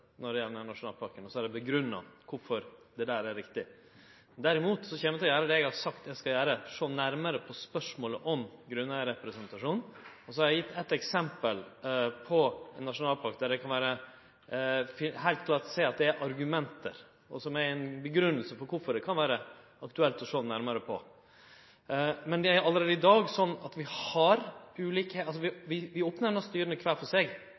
når det gjeld den nasjonalparken. Så er det grunngjeve kvifor det er riktig der. Derimot kjem eg til å gjere det eg har sagt eg skal gjere, sjå nærmare på spørsmålet om grunneigarrepresentasjon. Eg har gjeve eit eksempel på ein nasjonalpark der eg heilt klart kan sjå at det er argument, og som er ei grunngjeving for kvifor det kan vere aktuelt å sjå nærmare på. Men det er allereie i dag slik at vi